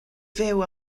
fyw